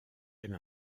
elle